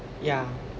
yeah